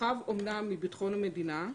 רחב אמנם מביטחון המדינה,